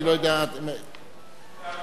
אני לא יודע, זה היה בצחוק.